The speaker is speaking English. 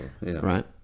right